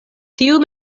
tiu